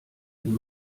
wenn